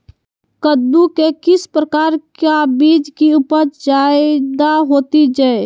कददु के किस प्रकार का बीज की उपज जायदा होती जय?